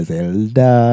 Zelda